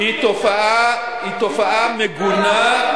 היא תופעה מגונה.